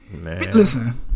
Listen